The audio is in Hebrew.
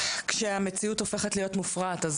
כשהמציאות הופכת להיות מופרעת אז